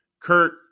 Kurt